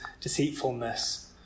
deceitfulness